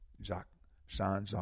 Jean-Jacques